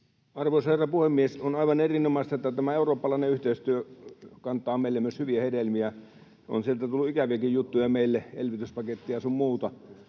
Arvoisa herra puhemies! On aivan erinomaista, että tämä eurooppalainen yhteistyö kantaa meille myös hyviä hedelmiä — on sieltä tullut ikäviäkin juttuja meille, elvytyspakettia sun muuta.